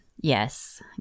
Yes